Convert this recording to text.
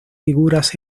figuras